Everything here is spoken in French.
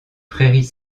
prairies